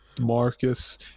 Marcus